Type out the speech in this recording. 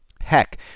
Heck